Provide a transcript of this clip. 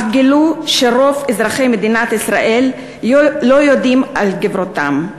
אך גילו שרוב אזרחי מדינת ישראל לא יודעים על גבורתם.